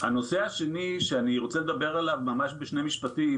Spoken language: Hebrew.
הנושא השני שאני רוצה לדבר עליו ממש בשני משפטים,